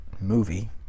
movie